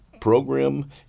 program